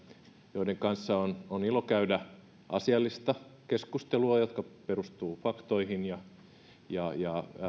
joiden kanssa on on ilo käydä asiallista keskustelua joka perustuu faktoihin ja ja